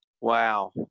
Wow